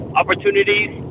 opportunities